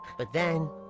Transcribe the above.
but then.